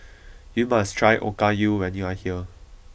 you must try Okayu when you are here